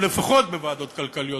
לפחות אלה שנמצאים בוועדות כלכליות,